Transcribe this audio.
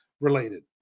related